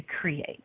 create